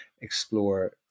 explore